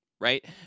right